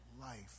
life